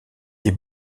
est